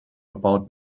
about